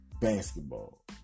basketball